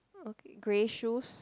okay grey shoes